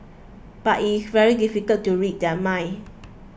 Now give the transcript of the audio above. but it is very difficult to read their minds